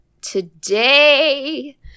today